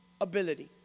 ability